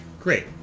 Great